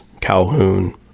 Calhoun